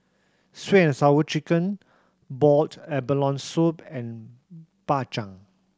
Sweet And Sour Chicken boiled abalone soup and Bak Chang